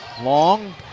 Long